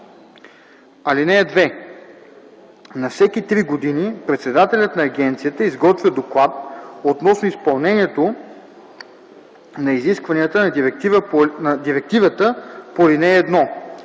(2) На всеки три години председателят на агенцията изготвя доклад относно изпълнението на изискванията на директивата по ал. 1.